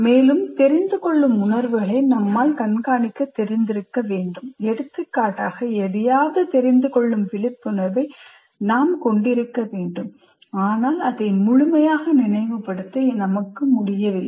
மேலும் தெரிந்துகொள்ளும் உணர்வுகளை நம்மால் கண்காணிக்க தெரிந்திருக்க வேண்டும் எடுத்துக்காட்டாக எதையாவது தெரிந்துகொள்ளும் விழிப்புணர்வை நாம் கொண்டிருக்க வேண்டும் ஆனால் அதை முழுமையாக நினைவுபடுத்த நமக்கு முடியவில்லை